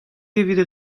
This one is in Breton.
evit